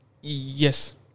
Yes